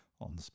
on